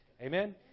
Amen